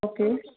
okay